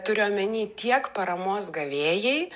turiu omeny tiek paramos gavėjai